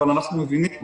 אבל אנחנו מבינים אותו.